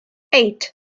eight